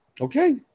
Okay